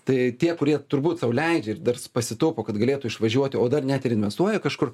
tai tie kurie turbūt sau leidžia ir dar pasitaupo kad galėtų išvažiuoti o dar net ir investuoja kažkur